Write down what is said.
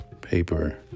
paper